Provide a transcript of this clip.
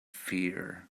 fear